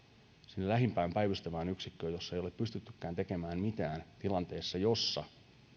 sinne lähimpään päivystävään yksikköön jossa ei ole pystyttykään tekemään mitään tilanteessa jossa